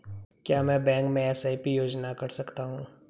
क्या मैं बैंक में एस.आई.पी योजना कर सकता हूँ?